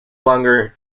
longer